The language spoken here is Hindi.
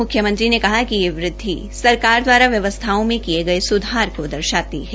मुख्यमंत्री ने कहा कि यह वृद्धि सरकार द्वारा व्यवस्थाओं में किए गए सुधार को दर्शाती है